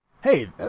hey